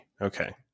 Okay